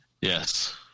yes